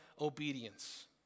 obedience